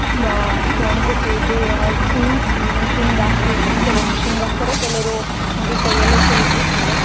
ಒಣಗಿಸಿ ಬೆ ಸುಲಿಸಿ ಮಿಷಿನ್ಗಾಕಿಸಿ ಕೆಲ್ವಂದು ಮಿಷಿಂಗಾಕ್ತರೆ ಕೆಲವರು ಹಂಗೆ ಕೈಯಲ್ಲೆ ಸುಲಿಸಿಸ್ತಾರೆ